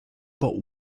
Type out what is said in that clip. but